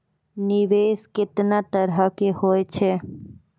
निवेश केतना तरह के होय छै?